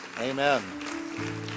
Amen